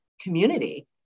community